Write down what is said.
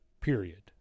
period